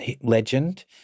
legend